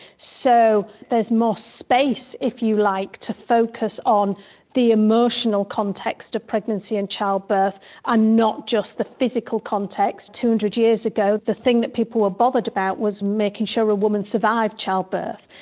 so there's more space, if you like, to focus on the emotional context of pregnancy and childbirth and not just the physical context. two hundred years ago, the thing that people were bothered about was making sure a woman survived childbirth.